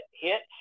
hits